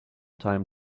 time